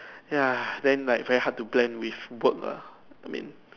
ya then like very hard to blend with work lah I mean